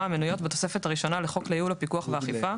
המנויות בתוספת הראשונה לחוק לייעול הפיקוח והאכיפה,